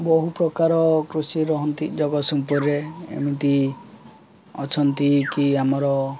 ବହୁ ପ୍ରକାର କୃଷି ରହନ୍ତି ଜଗତସିଂହପୁରରେ ଏମିତି ଅଛନ୍ତି କି ଆମର